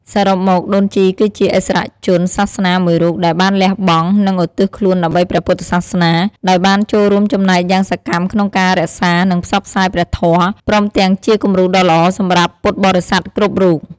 សរុបមក ដូនជីគឺជាឥស្សរជនសាសនាមួយរូបដែលបានលះបង់ និងឧទ្ទិសខ្លួនដើម្បីព្រះពុទ្ធសាសនា ដោយបានចូលរួមចំណែកយ៉ាងសកម្មក្នុងការរក្សា និងផ្សព្វផ្សាយព្រះធម៌ ព្រមទាំងជាគំរូដ៏ល្អសម្រាប់ពុទ្ធបរិស័ទគ្រប់រូប។